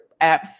apps